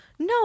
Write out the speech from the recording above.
No